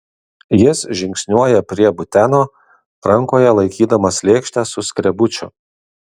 jis žingsniuoja prie buteno rankoje laikydamas lėkštę su skrebučiu